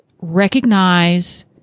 recognize